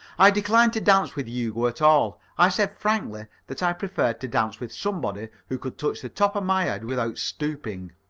i declined to dance with hugo at all. i said frankly that i preferred to dance with somebody who could touch the top of my head without stooping.